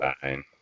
fine